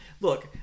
Look